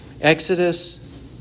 Exodus